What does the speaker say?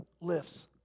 lifts